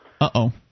Uh-oh